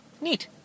Neat